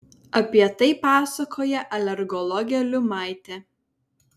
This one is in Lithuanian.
apie tai pasakoja alergologė liumaitė